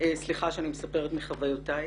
סליחה שאני מספרת מחוויותיי